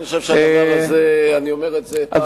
אני חושב שהדבר הזה, אני אומר את זה, איננו ראוי.